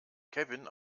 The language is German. kevin